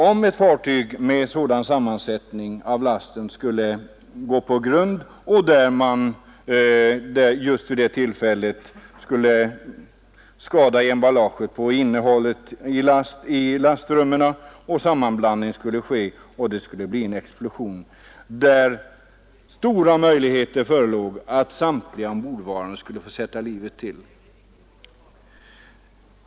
Om ett fartyg med en sådan lastsammansättning skulle gå på grund och emballaget på godset skadas med lastsammanblandning som följd, skulle det kunna bli en explosion med stora risker för att samtliga ombordvarande skulle få sätta livet till.